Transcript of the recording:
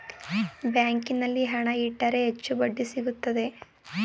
ಬ್ಯಾಂಕಿನಲ್ಲಿ ಹಣ ಇಟ್ಟರೆ ಹೆಚ್ಚು ಬಡ್ಡಿ ಸಿಗುತ್ತದೆ